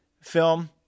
film